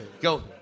go